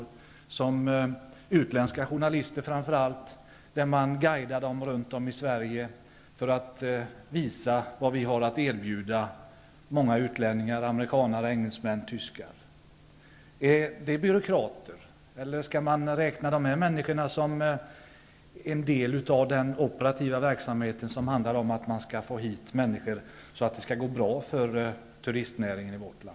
Det gäller framför allt utländska journalister som guidas runt om i Sverige för att de skall få se vad vi har att erbjuda utlänningar -- amerikanare, engelsmän och tyskar. Är de byråkrater eller skall dessa människor räknas som en del av den operativa verksamheten, som skall få hit människor så att det skall gå bra för turistnäringen i vårt land?